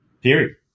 period